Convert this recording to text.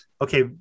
Okay